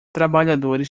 trabalhadores